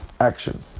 action